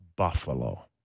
Buffalo